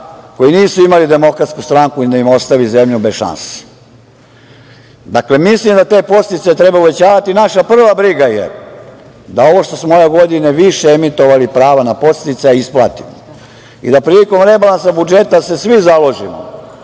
koje nisu imale Demokratsku stranku da im ostavi zemlju bez šanse. Dakle, mislim da te podsticaje treba uvećavati. Naša prva briga je da ovo što smo ove godine više emitovali prava na podsticaje isplati i da se prilikom rebalansa budžeta svi založimo